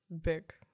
big